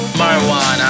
marijuana